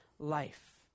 Life